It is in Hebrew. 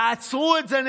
תעצרו את זה.